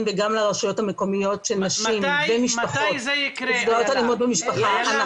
וגם לרשויות המקומיות של נשים ומשפחות נפגעות אלימות במשפחה.